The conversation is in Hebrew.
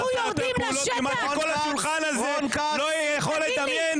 והוא עשה יותר פעולות ממה שכל השולחן הזה לא יכול לדמיין.